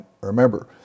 Remember